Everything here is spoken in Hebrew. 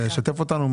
לשתף אותנו,